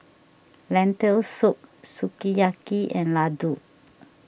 Lentil Soup Sukiyaki and Ladoo